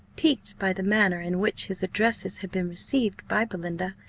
piqued by the manner in which his addresses had been received by belinda,